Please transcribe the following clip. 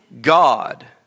God